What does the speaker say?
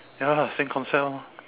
ya same concept orh